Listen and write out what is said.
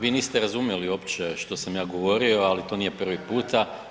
Vi niste razumjeli uopće što sam ja govorio, ali to nije prvi puta.